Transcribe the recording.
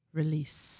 release